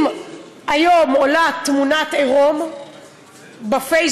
אם היום עולה תמונת עירום בפייסבוק,